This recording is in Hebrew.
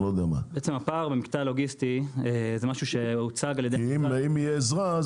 בעצם הפער במקטע הלוגיסטי הוא משהו שהוצג --- כי אם תהיה עזרה,